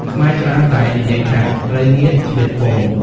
ខ្មែរច្រើនតែនិយាយថា "ត្រីងៀតឆ្លៀតពង"។